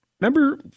Remember